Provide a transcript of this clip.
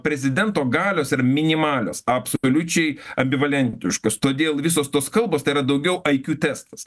prezidento galios yra minimalios absoliučiai ambivalentiškos todėl visos tos kalbos tai yra daugiau iq testas